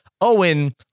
Owen